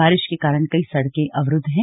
बारिश के कारण कई सड़कें अवरुद्ध हैं